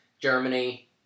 Germany